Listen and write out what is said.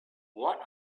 what